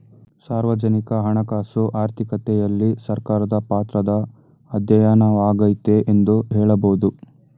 ಸಾರ್ವಜನಿಕ ಹಣಕಾಸು ಆರ್ಥಿಕತೆಯಲ್ಲಿ ಸರ್ಕಾರದ ಪಾತ್ರದ ಅಧ್ಯಯನವಾಗೈತೆ ಎಂದು ಹೇಳಬಹುದು